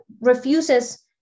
refuses